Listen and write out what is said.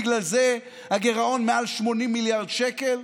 בגלל זה הגירעון מעל 80 מיליארד שקל,